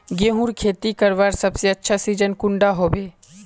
गेहूँर खेती करवार सबसे अच्छा सिजिन कुंडा होबे?